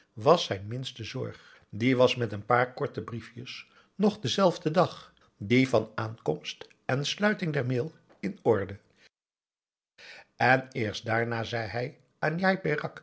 was zijn minste zorg die was met een paar korte briefjes nog denzelfden dag dien van aankomst en sluiting der mail in orde en eerst daarna zei hij aan njai